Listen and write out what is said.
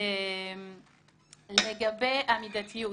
לגבי המידתיות,